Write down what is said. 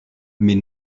mais